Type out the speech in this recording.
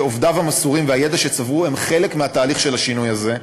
שעובדיו המסורים והידע שצברו הם חלק מהתהליך של השינוי הזה,